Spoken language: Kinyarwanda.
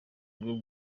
rwo